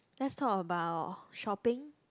let's talk about shopping